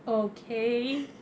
okay